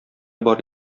бар